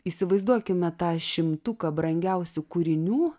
įsivaizduokime tą šimtuką brangiausių kūrinių